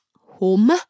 home